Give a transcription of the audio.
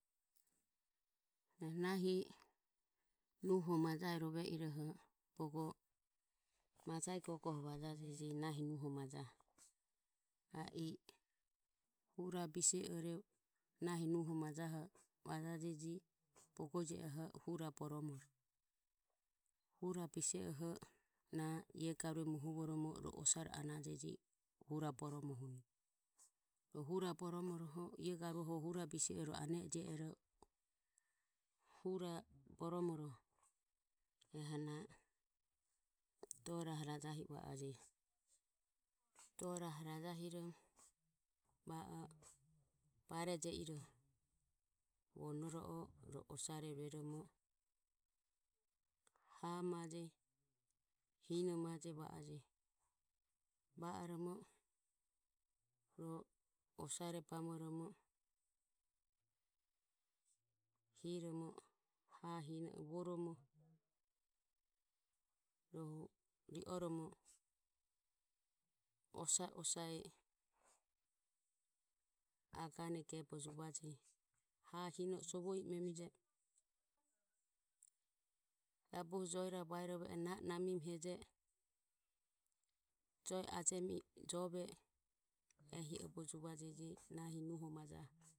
Na nahi nuho majaho rove iroho bogo majae gogo vajajeje nahi nuho majaho. A i hurae bise ore nahi nuho majaho vajajeje. Bogo je oho hurae boromore; hurae bise oho na ie garue muhuvoromo ro osare anajeje. Hurae boromohuni rohu hurae boromoho ie garue hurae bise ore ane e je ero hurae boromoho eho na dore aho rajahi i va ajeje. Dore aho rajahiromo bareje ohuro na vuonoro o osare rueromo. Ha maje hine maje va ajeje. Va oromo ro osare bamoromo hiromo hae hine vuoromo; rohu ri oromo osa osae agane gebe juvajeje. Hae hine sovo I imemije I jabuhu joe rabe vaerovaruoho na nami heje I joe ajemi jove I ehi obe juvavajeje, nahi nuho majaho.